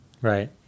Right